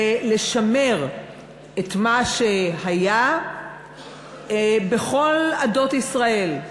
ולשמר את מה שהיה בכל עדות ישראל,